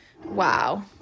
Wow